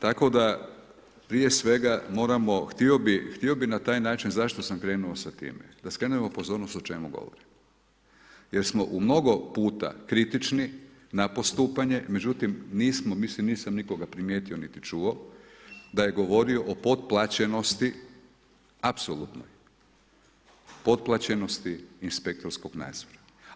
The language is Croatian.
Tako da prije svega, moramo, htio bi na taj način zašto sam krenuo sa time, skrenuo pozornost o čemu govorimo, jer smo u mnogo puta kritični, na postupanje međutim, nismo, mislim nisam nikoga primijetio niti čuo, da je govorio o potplaćenosti apsolutno potplaćenosti inspektorskog nadzora.